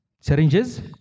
syringes